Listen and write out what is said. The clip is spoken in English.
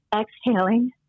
exhaling